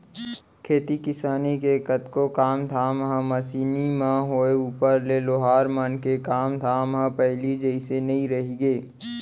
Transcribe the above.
खेती किसानी के कतको काम धाम ह मसीनी म होय ऊपर ले लोहार मन के काम धाम ह पहिली जइसे नइ रहिगे